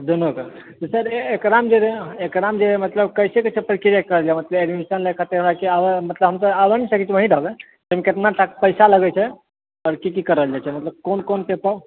दुनूके सर एकरामे जे एकरामे जे मतलब कैसे कैसे प्रक्रिया करल जाइ छै मतलब एडमिशन लेल कते मतलब हम तऽ आबऽ नहि सकबै वही रहबै केतना तक पैसा लगै छै आओर की की करल जाइ छै मतलब कोन कोन पेपर